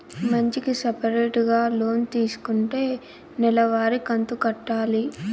మంచికి సపరేటుగా లోన్ తీసుకుంటే నెల వారి కంతు కట్టాలి